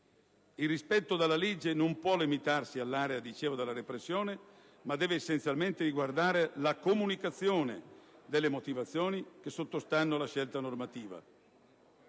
Il rispetto della legge non può limitarsi all'area della repressione, ma deve essenzialmente riguardare la comunicazione delle motivazioni che sottostanno alla scelta normativa.